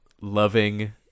loving